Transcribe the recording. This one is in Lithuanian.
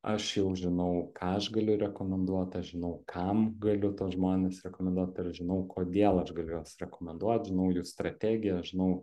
aš jau žinau ką aš galiu rekomenduot aš žinau kam galiu tuos žmones rekomenduot ir aš žinau kodėl aš galiu juos rekomenduot žinau jų strategiją žinau